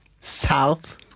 South